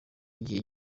igihe